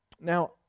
Now